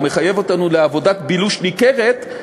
או מחייב אותנו לעבודת בילוש ניכרת,